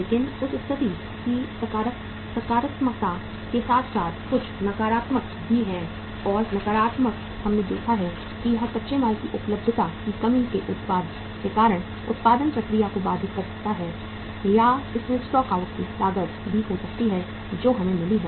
लेकिन उस स्थिति की सकारात्मकता के साथ साथ कुछ नकारात्मक भी हैं और नकारात्मक हमने देखा है कि यह कच्चे माल की उपलब्धता की कमी के कारण उत्पादन प्रक्रिया को बाधित कर सकता है या इसमें स्टॉक आउट लागत भी हो सकती है जो हमें मिली है